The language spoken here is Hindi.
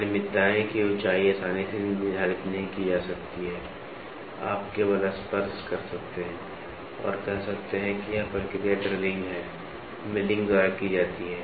अनियमितताएं की ऊंचाई आसानी से निर्धारित नहीं की जा सकती है आप केवल स्पर्श कर सकते हैं और कह सकते हैं कि यह प्रक्रिया ड्रिलिंग मिलिंग द्वारा की जाती है